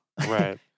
right